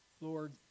Lord